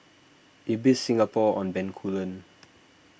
Ibis Singapore on Bencoolen